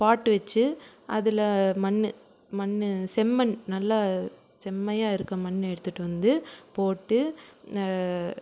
பாட்டு வைச்சு அதில் மண் மண் செம்மண் நல்லா செம்மையாக இருக்கற மண் எடுத்துகிட்டு வந்து போட்டு